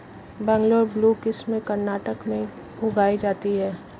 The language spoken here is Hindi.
बंगलौर ब्लू किस्म कर्नाटक में उगाई जाती है